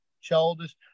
shoulders